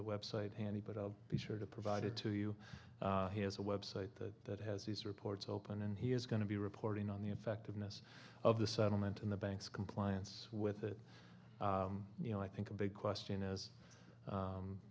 the website handy but i'll be sure to provide it to you he has a website that has these reports open and he is going to be reporting on the effectiveness of the settlement and the banks compliance with it you know i think a big question